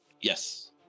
Yes